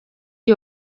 iyi